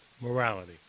Morality